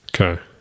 okay